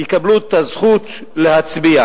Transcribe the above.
יקבלו את הזכות להצביע.